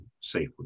safely